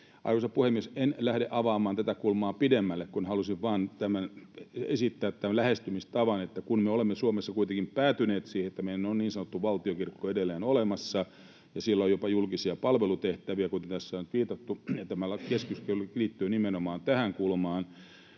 Arvoisa puhemies! En lähde avaamaan tätä kulmaa pidemmälle. Halusin vain esittää tämän lähestymistavan, että me olemme Suomessa kuitenkin päätyneet siihen, että meillä on niin sanottu valtionkirkko edelleen olemassa ja sillä on jopa julkisia palvelutehtäviä, kuten tässä on nyt viitattu, ja tämä lakiesityskin liittyy nimenomaan tähän kulmaan.